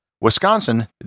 Wisconsin